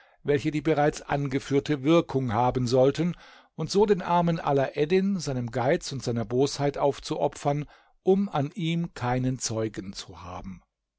welche die bereits angeführte wirkung haben sollten und so den armen alaeddin seinem geiz und seiner bosheit aufzuopfern um an ihm keinen zeugen zu haben